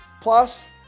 Plus